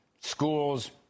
schools